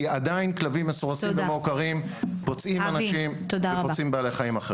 כי עדיין כלבים מסורסים ומעוקרים פוצעים אנשים ופוצעים בעלי חיים אחרים.